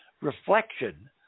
reflection